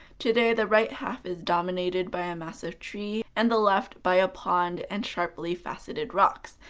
today, the right half is dominated by a massive tree and the left by a pond and sharply faceted rocks,